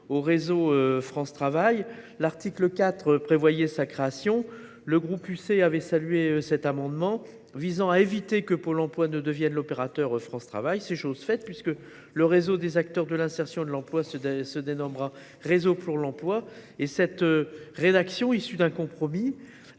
au réseau France Travail. L’article 4 prévoyait sa création. Le groupe Union Centriste avait salué l’amendement de Pascale Gruny visant à éviter que Pôle emploi ne devienne l’opérateur France Travail. C’est chose faite puisque le réseau des acteurs de l’insertion et de l’emploi se nommera « réseau pour l’emploi ». Cette rédaction, issue d’un compromis